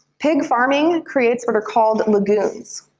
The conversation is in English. pig farming creates what are called lagoons.